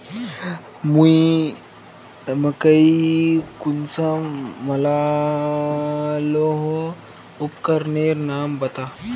मकई कुंसम मलोहो उपकरनेर नाम बता?